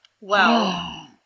Wow